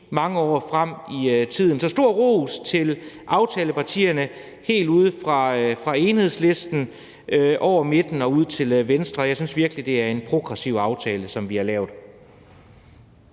mange år frem i tiden. Så stor ros til aftalepartierne helt ude fra Enhedslisten over midten og ud til Venstre. Jeg synes virkelig, det er en progressiv aftale, som vi har lavet.